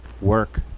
Work